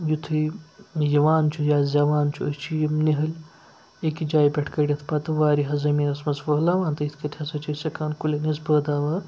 یُتھُے یِوان چھُ یا زٮ۪وان چھُ أسۍ چھِ یِم نِۂلۍ اَکہِ جایہِ پٮ۪ٹھ کٔڑِتھ پَتہٕ وایَہَس زٔمیٖنَس منٛز پھٲلاوان تہٕ یِتھ کٲٹھۍ ہَسا چھِ أسۍ ہٮ۪کان کُلٮ۪ن ہِنٛز پٲداوار